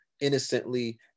innocently